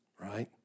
right